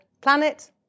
planet